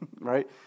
right